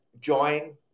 join